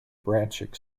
branching